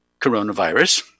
coronavirus